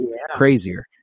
crazier